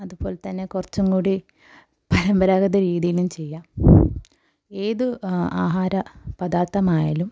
അതുപോലെ തന്നെ കുറച്ചും കൂടി പരമ്പരാഗത രീതിയിലും ചെയ്യാം ഏത് ആഹാര പദാർത്ഥമായാലും